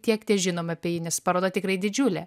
tiek težinom apie jį nes paroda tikrai didžiulė